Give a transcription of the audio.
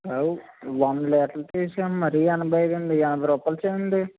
అవు వంద లీటర్లు తీసాం మరి యనభై ఐదండి యనభై రూపాయలు చేయండి